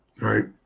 Right